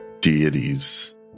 deities